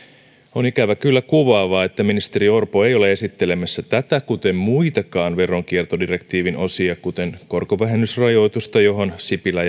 on ikävä kyllä kuvaavaa että ministeri orpo ei ole esittelemässä tätä kuten muitakaan veronkiertodirektiivin osia kuten korkovähennysrajoitusta johon sipilä